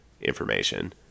information